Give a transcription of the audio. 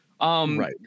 Right